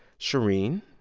shereen.